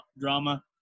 drama